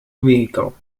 vehicle